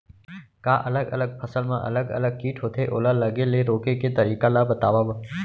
का अलग अलग फसल मा अलग अलग किट होथे, ओला लगे ले रोके के तरीका ला बतावव?